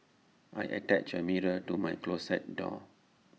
I attached A mirror to my closet door